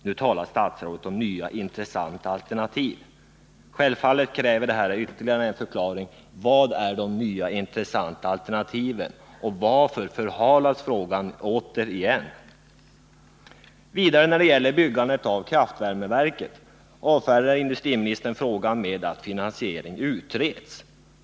Nu talar statsrådet om nya intressanta alternativ. Självfallet kräver det ytterligare en förklaring. Vilka är de nya intressanta alternativen, och varför förhalas frågan återigen? Frågan om byggandet av kraftvärmeverket avfärdar industriministern med att finansieringen utreds.